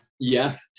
yes